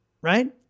Right